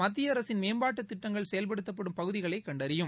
மத்தியஅரசின் மேம்பாட்டு திட்டங்கள் செயல்படுத்தப்படும் பகுதிகளை கண்டறியும்